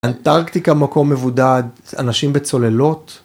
אנטרקטיקה, מקום מבודד, אנשים בצוללות.